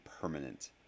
permanent